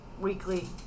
weekly